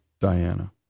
Diana